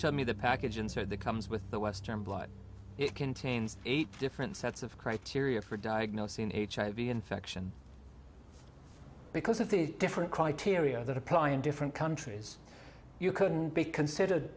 me the package insert that comes with the western blot it contains eight different sets of criteria for diagnosing hiv infection because of the different criteria that apply in different countries you couldn't be considered